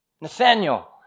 Nathaniel